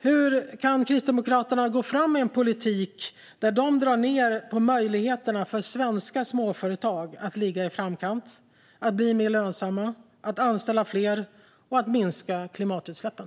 Hur kan Kristdemokraterna gå fram med en politik där de drar ned på möjligheterna för svenska småföretag att ligga i framkant, att bli mer lönsamma, att anställa fler och att minska klimatutsläppen?